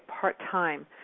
part-time